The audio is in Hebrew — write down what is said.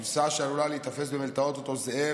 הכבשה שעלולה להיתפס במלתעות אותו זאב